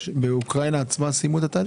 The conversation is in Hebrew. שבאוקראינה עצמה סיימו את התהליך?